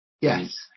Yes